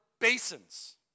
basins